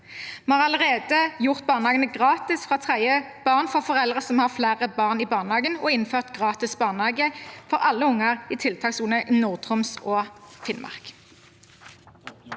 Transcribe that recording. Vi har allerede gjort barnehage gratis fra tredje barn for foreldre som har flere barn i barnehage, og innført gratis barnehage for alle unger i tiltakssonen i Nord-Troms og Finnmark.